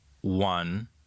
one